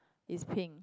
is pink